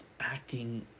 acting